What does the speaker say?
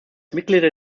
mitglieder